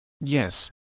Yes